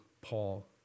Paul